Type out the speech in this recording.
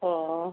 অ'